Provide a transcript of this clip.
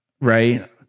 right